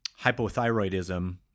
hypothyroidism